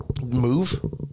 Move